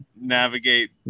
navigate